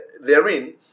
therein